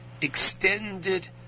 extended